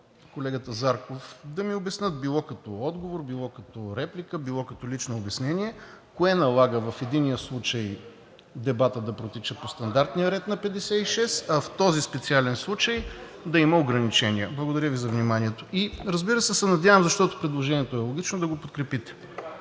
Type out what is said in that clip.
колегата Зарков, да ми обяснят било като отговор, било като реплика, било като лично обяснение кое налага в единия случай дебатът да протича по стандартния ред на чл. 56, а в този специален случай да има ограничения. Благодаря Ви за вниманието. Разбира се, защото предложението е логично, надявам се, да го подкрепите.